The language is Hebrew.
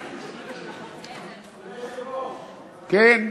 אדוני היושב-ראש, כן,